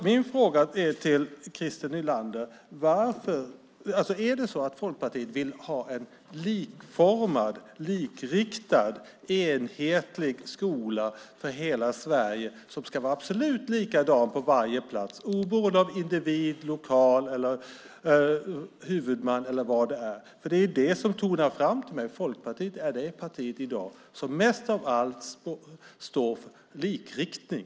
Min fråga till Christer Nylander är: Vill Folkpartiet ha en likformad, likriktad och enhetlig skola för hela Sverige som ska vara absolut likadan på varje plats oberoende av individ, lokal, huvudman eller vad det är? Det är det som tonar fram för mig. Folkpartiet är det parti som i dag mest av alla står för likriktning.